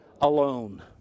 alone